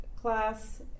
class